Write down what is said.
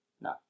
No